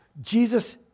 Jesus